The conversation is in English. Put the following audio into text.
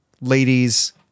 ladies